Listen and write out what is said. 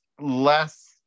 less